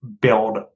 build